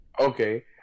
Okay